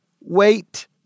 wait